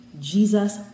Jesus